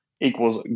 equals